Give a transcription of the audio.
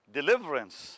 deliverance